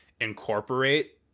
incorporate